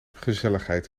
gezelligheid